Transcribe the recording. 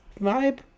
vibe